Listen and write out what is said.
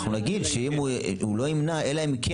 אנחנו נגיד שהוא לא ימנע אלא אם כן